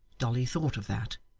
dolly thought of that,